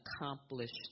accomplished